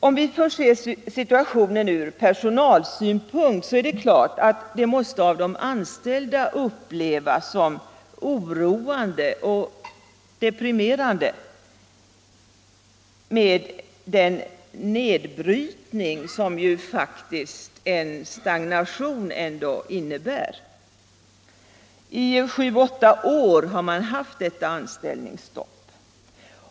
Om vi så ser situationen från personalsynpunkt är det klart att den nedbrytning som en stagnation ändå innebär måste upplevas som oroande och deprimerande. I sju åtta år har man haft anställningsstopp.